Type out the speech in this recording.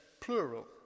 plural